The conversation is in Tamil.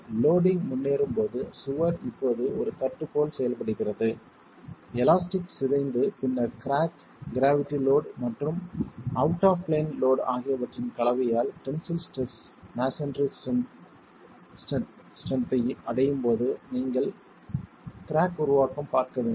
லோடிங் முன்னேறும் போது சுவர் இப்போது ஒரு தட்டு போல் செயல்படுகிறது எலாஸ்டிக் சிதைந்து பின்னர் கிராக் கிராவிட்டி லோட் மற்றும் அவுட் ஆப் பிளேன் லோட் ஆகியவற்றின் கலவையால் டென்சில் ஸ்ட்ரெஸ் மஸோன்றி டென்சில் ஸ்ட்ரென்த்தை அடையும் போது நீங்கள் கிராக் உருவாக்கம் பார்க்க வேண்டும்